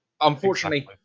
Unfortunately